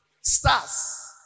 Stars